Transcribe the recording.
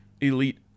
elite